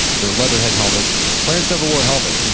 their leather head helmets, clarence never wore a helmet. and and